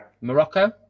morocco